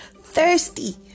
thirsty